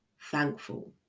thankful